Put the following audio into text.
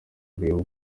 kureba